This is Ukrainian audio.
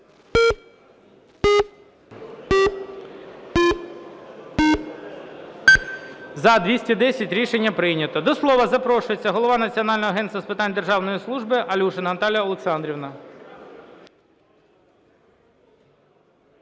За-210 Рішення прийнято. До слова запрошується голова Національного агентства з питань державної служби Алюшина Наталія Олександрівна.